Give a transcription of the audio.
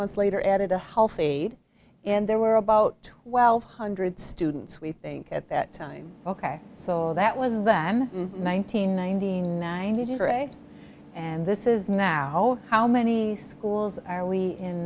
months later added a healthy and there were about twelve hundred students we think at that time ok so that was then nineteen nineteen and this is now how many schools are we